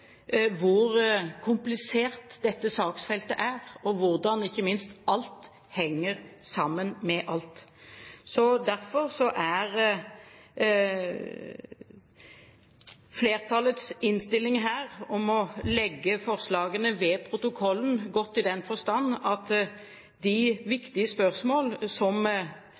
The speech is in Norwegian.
hvor komplisert dette saksfeltet er, og ikke minst hvordan alt henger sammen med alt. Derfor er flertallets innstilling om å legge forslagene ved protokollen, god, i den forstand at de viktige spørsmålene som